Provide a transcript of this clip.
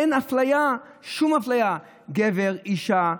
אין אפליה, שום אפליה: גבר, אישה,